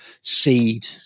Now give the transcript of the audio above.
seed